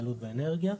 התייעלות באנרגיה.